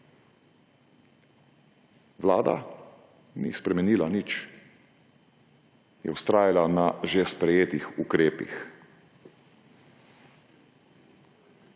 Vlada ni spremenila nič, vztrajala je na že sprejetih ukrepih.